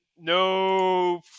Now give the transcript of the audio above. no